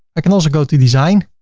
i can also go to design,